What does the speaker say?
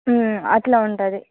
అలా ఉంటుంది